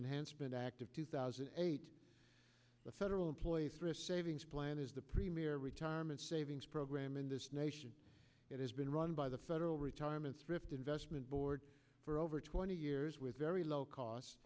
enhanced been active two thousand and eight the federal employee thrift savings plan is the premier retirement savings program in this nation that has been run by the federal retirement thrift investment board for over twenty years with very low cost